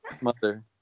mother